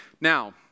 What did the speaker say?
Now